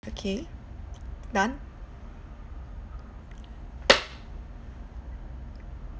okay done